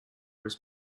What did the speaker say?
his